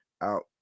out